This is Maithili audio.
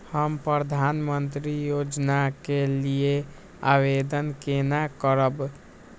हम प्रधानमंत्री योजना के लिये आवेदन केना करब?